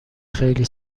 خیلی